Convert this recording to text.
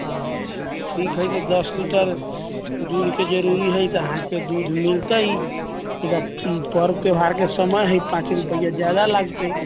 अऽ ठीक हइ तऽ दश लिटर दूधके जरूरी हइ तऽ अहाँकेँ दूध मिलतै ईका पर्व त्यौहारके समय हइ पाँच रुपैआ जादा लागतै